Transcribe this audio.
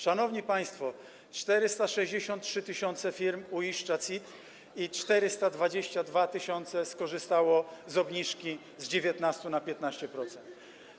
Szanowni państwo, 463 tys. firm uiszcza CIT i 422 tys. skorzystało z obniżki z 19 do 15%.